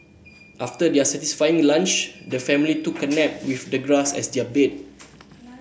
after their satisfying lunch the family took a nap with the grass as their bed